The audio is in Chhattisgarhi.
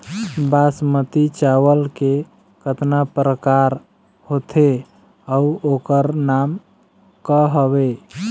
बासमती चावल के कतना प्रकार होथे अउ ओकर नाम क हवे?